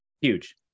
huge